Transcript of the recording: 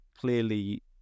clearly